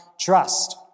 Trust